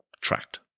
tract